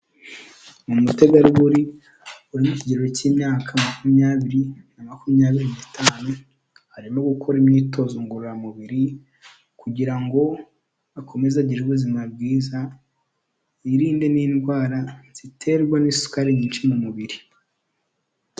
Umutegarugori uri mu kigero cy'imyaka makumyabiri na makumyabiri n'itanu, arimo gukora imyitozo ngororamubiri kugira ngo akomeze agire ubuzima bwiza, yirinde n'indwara ziterwa n'isukari nyinshi mu mubiri.